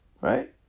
Right